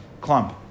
clump